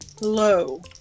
Low